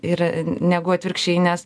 ir negu atvirkščiai nes